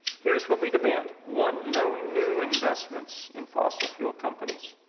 here's what we demand one, no new investments in fossil fuel companies.